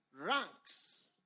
ranks